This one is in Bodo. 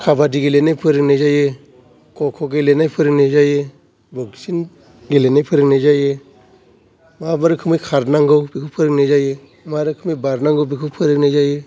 काबाडि गेलेनाय फोरोंनाय जायो कक' गेलेनाय फोरोंनाय जायो बक्सिं गेलेनाय फोरोंनाय जायो मा रोखोमै खारनांगौ बेखौ फोरोंनाय जायो मा रोखोमै बारनांगौ बेखौ फोरोंनाय जायो